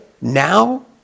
now